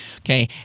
Okay